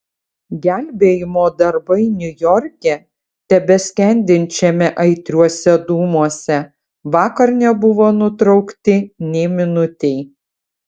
gelbėjimo darbai niujorke tebeskendinčiame aitriuose dūmuose vakar nebuvo nutraukti nė minutei